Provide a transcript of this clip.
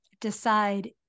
decide